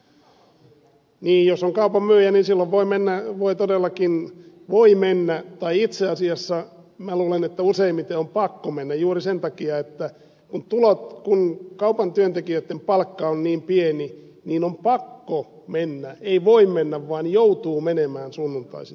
niin jos on kaupan myyjä niin silloin voi todellakin mennä tai itse asiassa minä luulen että useimmiten on pakko mennä juuri sen takia että kun kaupan työntekijöitten palkka on niin pieni niin on pakko mennä ei voi mennä vaan joutuu menemään sunnuntaisin työhön